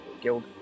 guild